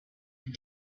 and